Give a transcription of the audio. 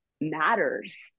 matters